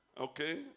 Okay